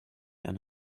and